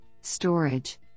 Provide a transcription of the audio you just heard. storage